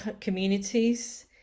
communities